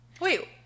wait